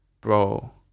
Bro